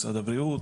משרד הבריאות,